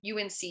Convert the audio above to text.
UNC